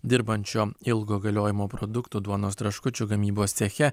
dirbančio ilgo galiojimo produktų duonos traškučių gamybos ceche